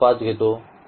5 घेता काहीही